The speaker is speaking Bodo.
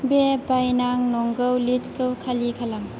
बे बायनां नंगौ लिस्तखौ खालि खालाम